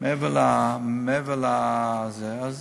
מעבר לזה, אז